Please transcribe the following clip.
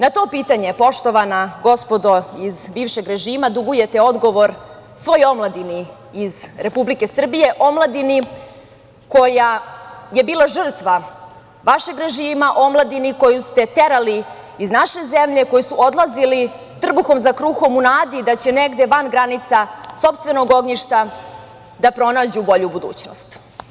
Na to pitanje poštovana gospodo iz bivšeg režima dugujete odgovor svojoj omladini iz Republike Srbije, omladini koja je bila žrtva vašeg režima, omladini koju ste terali iz naše zemlje, koji su odlazili trbuhom za kruhom u nadi da će negde van granica sopstvenog ognjišta da pronađu bolju budućnost.